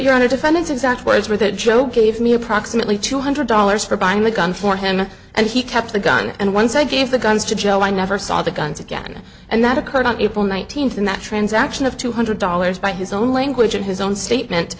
you're on a defendant's exact words were that joe gave me approximately two hundred dollars for buying a gun for him and he kept the gun and once i gave the guns to joe i never saw the guns again and that occurred on april nineteenth and that transaction of two hundred dollars by his own language and his own statement